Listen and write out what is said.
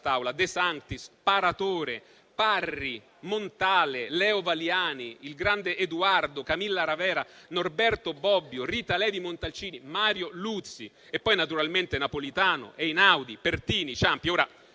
De Sanctis, Paratore, Parri, Montale, Leo Valiani, il grande Eduardo, Camilla Ravera, Norberto Bobbio, Rita Levi Montalcini, Mario Luzi. E poi naturalmente Napolitano, Einaudi, Pertini, Ciampi.